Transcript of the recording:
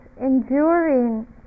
enduring